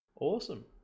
Awesome